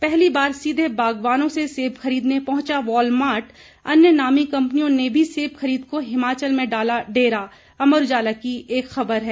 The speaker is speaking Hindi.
पहली बार सीधे बागवानों से सेब खरीदने पहुंचा वॉलमार्ट अन्य नामी कम्पनियों ने भी सेब खरीद को हिमाचल में डाला डेरा अमर उजाला की खबर है